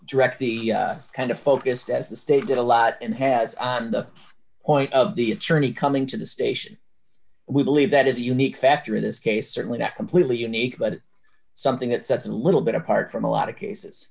direct the kind of focused as the state did a lot and has the point of the attorney coming to the station we believe that is a unique factor in this case certainly not completely unique but something that sets a little bit apart from a lot of cases